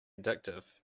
addictive